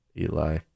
Eli